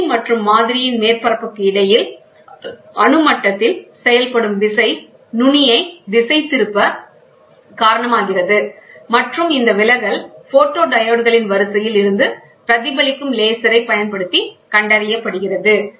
நுனி மற்றும் மாதிரியின் மேற்பரப்புக்கு இடையில் அணு மட்டத்தில் செயல்படும் விசை நுனியைத் திசைதிருப்ப காரணமாகிறது மற்றும் இந்த விலகல் போட்டோ டயோட் களின் வரிசையில் இருந்து பிரதிபலிக்கும் லேசரை பயன்படுத்தி கண்டறியப்படுகிறது